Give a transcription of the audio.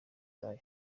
bulaya